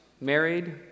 married